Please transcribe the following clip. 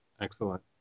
Excellent